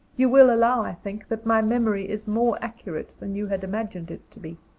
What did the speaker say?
you will allow, i think, that my memory is more accurate than you had imagined it to be.